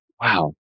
wow